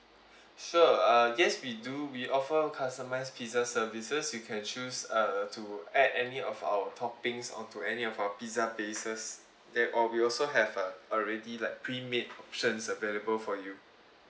sir uh yes we do we offer customise pizza services you can choose uh to add any of our toppings onto any of our pizza bases there oh we also have a a ready like pre made options available for you